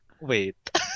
wait